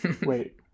Wait